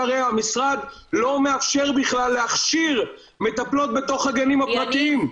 הרי המשרד לא מאפשר בכלל להכשיר מטפלות בתוך הגנים הפרטיים,